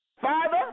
Father